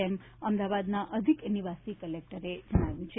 તેમ અમદાવાદના અધિક નિવાસી ક્લેક્ટરે જણાવ્યું છે